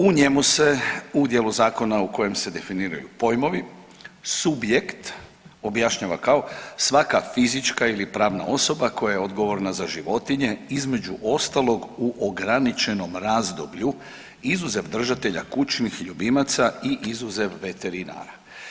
U njemu se u dijelu zakona u kojem se definiraju pojmovi subjekt objašnjava kao svaka fizička ili pravna osoba koja je odgovorna za životinje, između ostalog u ograničenom razdoblju izuzev držatelja kućnih ljubimaca i izuzev veterinara.